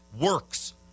works